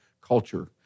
culture